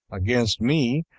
against me,